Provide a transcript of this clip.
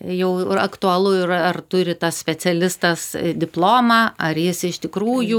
jau aktualu ir ar turi tas specialistas diplomą ar jis iš tikrųjų